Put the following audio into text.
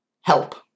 help